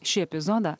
šį epizodą